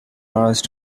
arrested